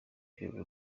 rwego